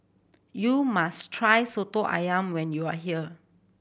you must try Soto Ayam when you are here